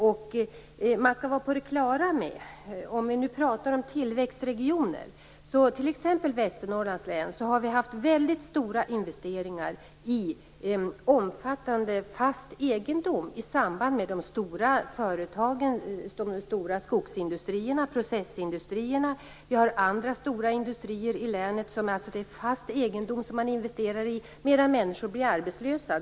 Om vi nu pratar om tillväxtregioner skall man vara på det klara med att t.ex. vi i Västernorrlands län haft väldigt stora investeringar i omfattande fast egendom i samband med de stora skogsindustrierna och processindustrierna. Vi har också andra stora industrier i länet där man investerar i fast egendom, medan människor blir arbetslösa.